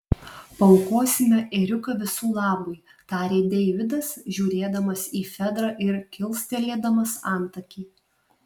paaukosime ėriuką visų labui tarė deividas žiūrėdamas į fedrą ir kilstelėdamas antakį